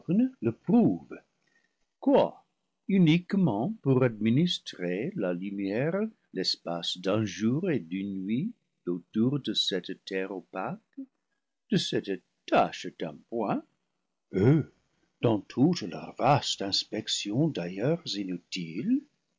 le prouvent quoi uniquement pour administrer la lumière l'espace d'un jour et d'une nuit autour de cette terre opaque de cette tache d'un point eux dans toute leur vaste inspection d'ailleurs inutiles